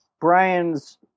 Brian's